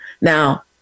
Now